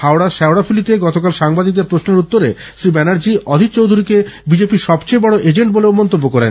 হুগলীর শেওড়াফুলিতে গতকাল সাংবাদিকদের প্রশ্নের উত্তরে শ্রী ব্যানার্জি অধীর চৌধুরীকে বিজেপির সবচেয়ে বড় এজেন্ট বলেও মন্তব্য করেছেন